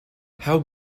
how